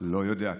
לא יודע,